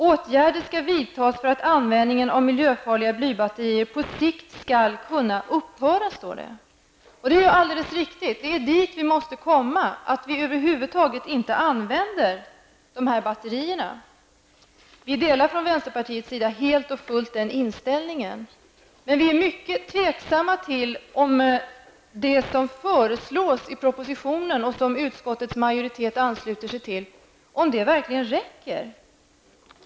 ''Åtgärder för att användningen av miljöfarliga blybatterier på sikt skall kunna upphöra'' står det. Alldeles riktigt, det är dit vi måste komma, att vi över huvud taget inte använder sådana batterier. Vi delar från vänsterpartiets sida helt och fullt den inställningen, men vi är mycket tveksamma till om det som föreslås i propositionen och som utskottets majoritet ansluter sig till verkligen räcker.